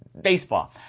baseball